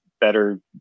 better